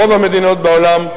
רוב המדינות בעולם,